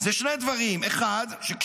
זה שני דברים שקשורים: